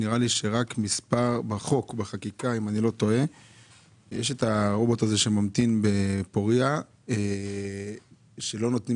נראה לי שבחקיקה יש את הרובוט הזה שממתין בפוריה ולא מאפשרים